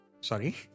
Sorry